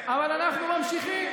אבל אנחנו ממשיכים.